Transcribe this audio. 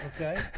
okay